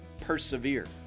persevere